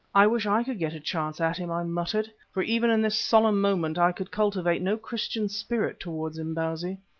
i wish i could get a chance at him, i muttered, for even in this solemn moment i could cultivate no christian spirit towards imbozwi.